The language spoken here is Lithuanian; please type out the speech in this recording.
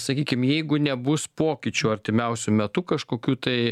sakykim jeigu nebus pokyčių artimiausiu metu kažkokių tai